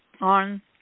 on